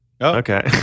Okay